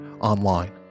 online